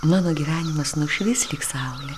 mano gyvenimas nušvis lyg saulė